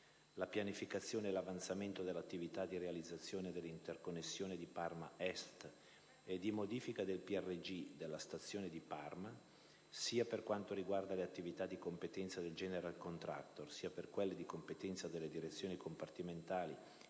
La pianificazione e l'avanzamento delle attività di realizzazione dell'interconnessione di Parma Est e di modifica del PRG della stazione di Parma, sia per quanto riguarda le attività di competenza del *General Contractor*, sia per quelle di competenza delle Direzioni compartimentali